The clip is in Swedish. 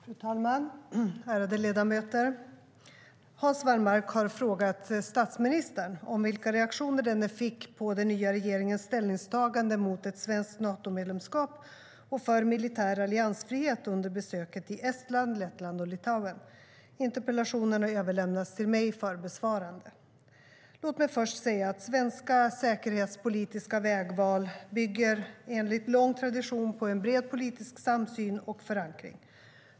Fru talman och ärade ledamöter! Hans Wallmark har frågat statsministern om vilka reaktioner denne fick på den nya regeringens ställningstagande mot ett svenskt Natomedlemskap och för militär alliansfrihet under besöket i Estland, Lettland och Litauen. Interpellationen har överlämnats till mig för besvarande. Låt mig först säga att svenska säkerhetspolitiska vägval enligt lång tradition bygger på en bred politisk samsyn och förankring.